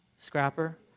Scrapper